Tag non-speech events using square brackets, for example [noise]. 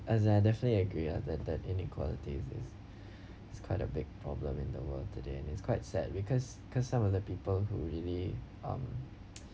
as I definitely agree ah that that inequality it's it's it's quite a big problem in the world today and it's quite sad because because some of the people who really um [noise]